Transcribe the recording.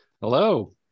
Hello